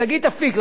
לשגית אפיק,